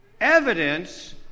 Evidence